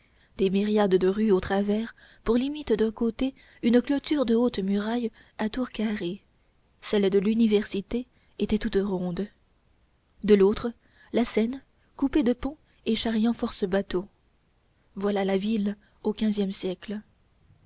des myriades de rues au travers pour limite d'un côté une clôture de hautes murailles à tours carrées celle de l'université était à tours rondes de l'autre la seine coupée de ponts et charriant force bateaux voilà la ville au quinzième siècle